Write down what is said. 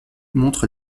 montre